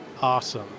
Awesome